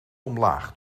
omlaag